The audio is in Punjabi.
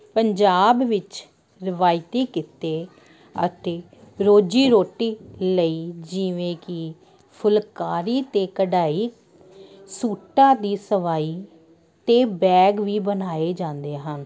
ਪੰਜਾਬ ਵਿੱਚ ਰਵਾਇਤੀ ਕਿੱਤੇ ਅਤੇ ਰੋਜ਼ੀ ਰੋਟੀ ਲਈ ਜਿਵੇਂ ਕਿ ਫੁਲਕਾਰੀ ਅਤੇ ਕਢਾਈ ਸੂਟਾਂ ਦੀ ਸਵਾਈ ਅਤੇ ਬੈਗ ਵੀ ਬਣਾਏ ਜਾਂਦੇ ਹਨ